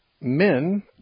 men